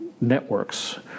networks